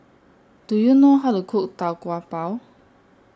Do YOU know How to Cook Tau Kwa Pau